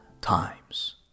times